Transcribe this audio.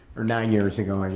or nine years ago and